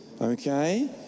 Okay